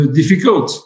difficult